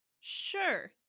Sure